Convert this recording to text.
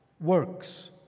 works